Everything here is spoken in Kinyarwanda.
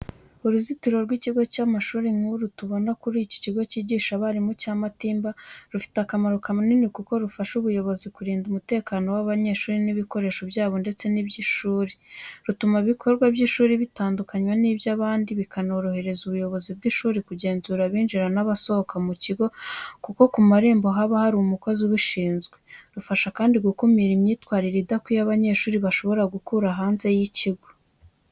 Uruzitiro rw’ikigo cy’amashuri nk'uru tubona ku kigo kigisha abarimu cya Matimba, rufite akamaro kanini kuko rufasha ubuyobozi kurinda umutekano w’abanyeshuri n’ibikoresho byabo ndetse n’iby’ishuri, rutuma ibikorwa by’ishuri bitandukanywa n’iby’abandi, bikanorohereza ubuyobozi bw'ishuri kugenzura abinjira n’abasohoka mu kigo kuko ku marembo haba hari umukozi ubishinzwe. Rufasha kandi gukumira imyitwarire idakwiriye abanyeshuri bashobora gukura hanze y’ikigo.